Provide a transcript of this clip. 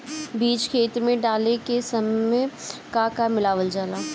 बीज खेत मे डाले के सामय का का मिलावल जाई?